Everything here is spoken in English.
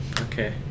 Okay